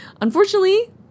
Unfortunately